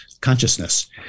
consciousness